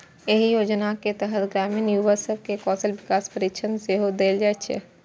एहि योजनाक तहत ग्रामीण युवा सब कें कौशल विकास प्रशिक्षण सेहो देल जेतै